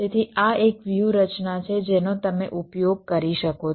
તેથી આ એક વ્યૂહરચના છે જેનો તમે ઉપયોગ કરી શકો છો